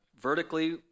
vertically